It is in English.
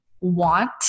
want